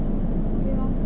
okay lor